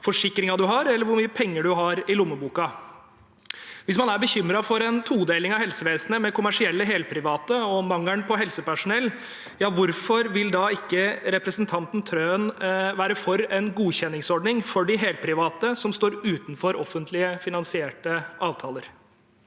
forsikringen man har, eller hvor mye penger man har i lommeboka. Hvis man er bekymret for en todeling av helsevesenet, med kommersielle helprivate, og mangelen på helsepersonell, hvorfor vil da ikke representanten Trøen være for en godkjenningsordning for de helprivate som står utenfor offentlig finansierte avtaler?